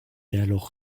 alors